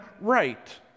right